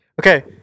Okay